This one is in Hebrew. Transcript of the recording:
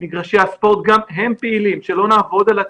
מגרשי הספורט גם הם פעילים, שלא נעבוד על עצמנו,